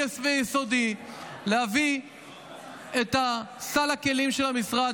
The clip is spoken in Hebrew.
ויסודי כדי להביא את סל הכלים של המשרד,